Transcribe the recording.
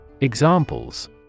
Examples